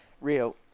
Rio